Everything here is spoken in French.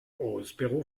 prospero